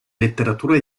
letteratura